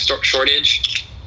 shortage